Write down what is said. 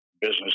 business